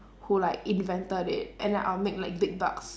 who like invented it and I'll make like big bucks